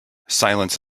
silence